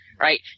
Right